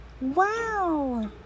wow